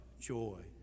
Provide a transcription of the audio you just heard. joy